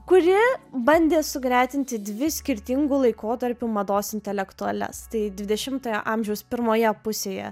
kuri bandė sugretinti dvi skirtingų laikotarpių mados intelektualias tai dvidešimtojo amžiaus pirmoje pusėje